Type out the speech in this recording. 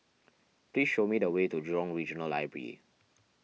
please show me the way to Jurong Regional Library